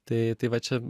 tai tai va čia